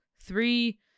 three